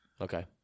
Okay